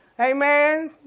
Amen